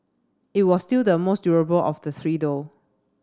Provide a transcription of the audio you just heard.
it was still the most durable of the three though